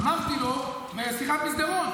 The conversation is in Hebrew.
אמרתי לו בשיחת מסדרון,